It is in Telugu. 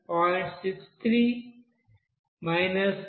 63 393